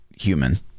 human